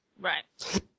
Right